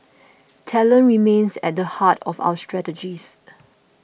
talent remains at the heart of our strategies